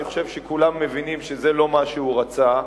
אני חושב שכולם מבינים שזה לא מה שהוא רצה,